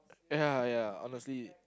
ya ya honestly